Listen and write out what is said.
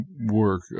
work